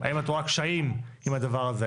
האם את רואה קשיים עם הדבר הזה?